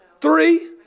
three